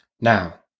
now